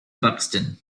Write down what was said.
buxton